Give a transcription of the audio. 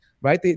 right